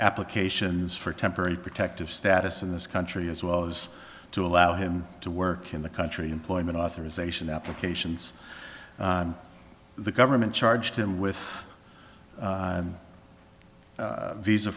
applications for temporary protective status in this country as well as to allow him to work in the country employment authorization applications the government charged him with